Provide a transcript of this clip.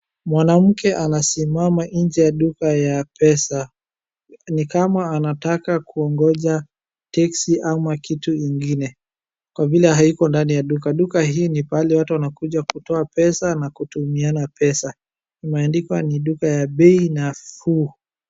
Mwanamke anasimama nje ya duka ya pesa. Ni kama anataka kuongoja teksi ama kitu ingine, kwa vile haiko ndani ya duka. Duka hii ni pahali watu wanakuja kutoa pesa, na kutumiana pesa. Imeandikwa ni duka ya bei nafuu.